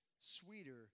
sweeter